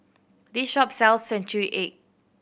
this shop sells century egg